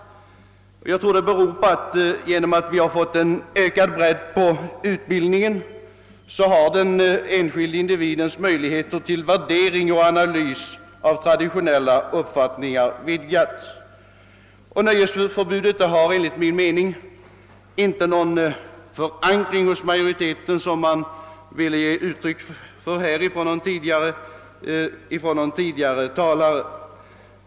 Jag tror att detta beror på att den enskilda individens möjligheter till värdering och analys av traditionella uppfattningar har vidgats genom att vi fått en ökad bredd på utbildningen. Nöjesförbudet har enligt min mening, inte heller, såsom någon tidigare talare sökte ge intryck av, någon förankring hos majoriteten av vårt folk.